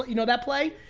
you know that play?